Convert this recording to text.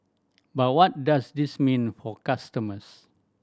but what does this mean for customers